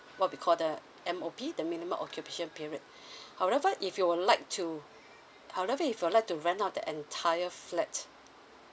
what we call the M_O_P the minimum occupation period however if you would like to however if you'd like to rent out the entire flat